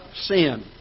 sin